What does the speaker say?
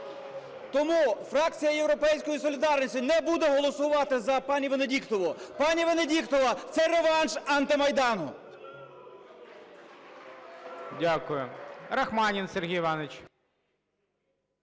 Тому фракція "Європейської солідарності" не буде голосувати за пані Венедіктову. Пані Венедіктова – це реванш антимайдану. ГОЛОВУЮЧИЙ. Дякую. Рахманін Сергій Іванович.